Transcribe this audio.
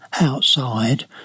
outside